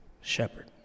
shepherd